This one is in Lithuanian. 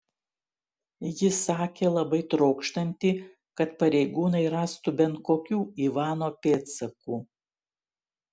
ji sakė labai trokštanti kad pareigūnai rastų bent kokių ivano pėdsakų